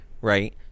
Right